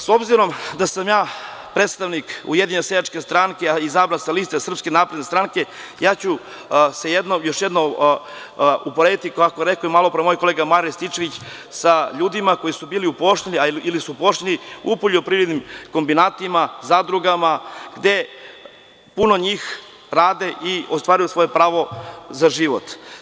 S obzirom da sam ja predstavnik Ujedinjene seljačke stranke, a izabran sa liste SNS, ja ću još jednom uporediti, kako je rekao i malopre moj kolega Marijan Rističević, sa ljudima koji su bili uposleni ili su uposleni u poljoprivrednim kombinatima, zadrugama, gde puno njih radi i ostvaruje svoje pravo za život.